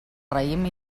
raïm